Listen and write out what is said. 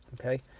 Okay